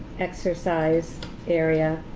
exercise area,